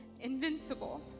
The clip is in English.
invincible